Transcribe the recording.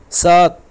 سات